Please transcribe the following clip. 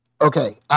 Okay